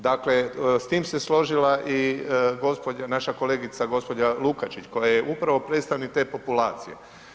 Dakle, s tim se složila i gospođa, naša kolegica gospođa Lukačić koja je upravo predstavnik te populacije.